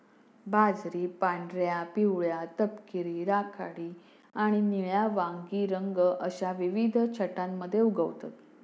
बाजरी पांढऱ्या, पिवळ्या, तपकिरी, राखाडी आणि निळ्या वांगी रंग अश्या विविध छटांमध्ये उगवतत